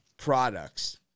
products